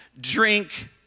drink